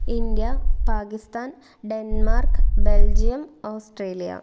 India Pakistan Denmark Belgium Australia